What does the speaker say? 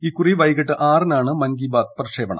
ഇക്കുറി വൈകിട്ട് ആറിനാണ് മൻ കീ ബാത്ത് പ്രക്ഷേപണം